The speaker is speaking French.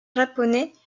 japonais